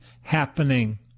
happening